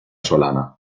solana